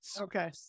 Okay